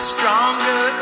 Stronger